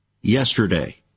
yesterday